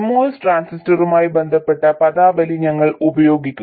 MOS ട്രാൻസിസ്റ്ററുമായി ബന്ധപ്പെട്ട പദാവലി ഞങ്ങൾ ഉപയോഗിക്കും